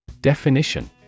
Definition